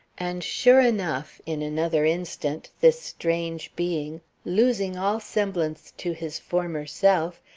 and sure enough, in another instant this strange being, losing all semblance to his former self,